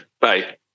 Bye